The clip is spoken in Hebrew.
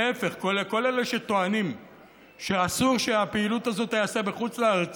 להפך: כל אלה שטוענים שאסור שהפעילות הזאת תיעשה בחוץ לארץ,